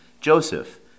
Joseph